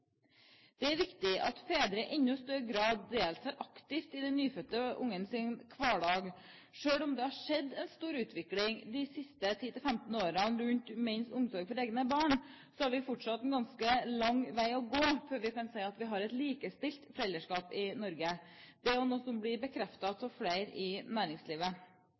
Det er viktig at fedre i enda større grad deltar aktivt i det nyfødte barnets hverdag. Selv om det har vært en stor utvikling de siste 10–15 årene rundt menns omsorg for egne barn, har vi fortsatt en ganske lang vei å gå før vi kan si at vi har et likestilt foreldreskap i Norge. Det er også noe som blir bekreftet av flere i næringslivet.